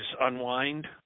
unwind